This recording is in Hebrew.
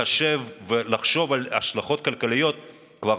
לחשב ולחשוב על השלכות כלכליות כבר,